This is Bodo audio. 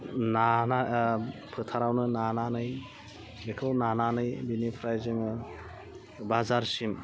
नाना फोथारावनो नानानै बेखौ नानानै बिनिफ्राइ जोङो बाजारसिम